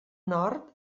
nord